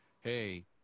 hey